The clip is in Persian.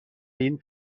این